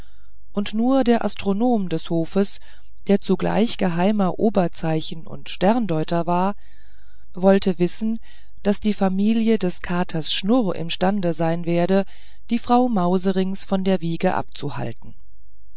und nur der astronom des hofes der zugleich geheimer oberzeichen und sterndeuter war wollte wissen daß die familie des katers schnurr imstande sein werde die frau mauserinks von der wiege abzuhalten